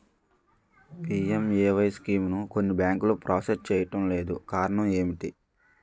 PMAY స్కీమును కొన్ని బ్యాంకులు ప్రాసెస్ చేయడం లేదు కారణం ఏమిటి?